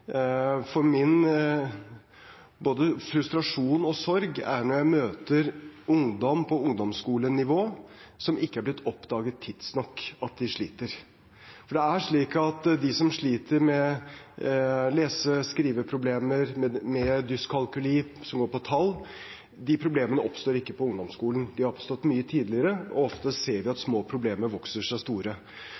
Min både frustrasjon og sorg er når jeg møter ungdom på ungdomsskolenivå hvor det ikke er blitt oppdaget tidsnok at de sliter. Når det gjelder dem som sliter med lese- og skriveproblemer og med dyskalkuli – som går på tall – oppstår ikke de problemene på ungdomsskolen, de har oppstått mye tidligere. Ofte ser vi at små problemer vokser seg store.